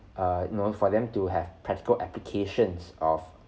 err you know for them to have practical applications of